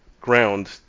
ground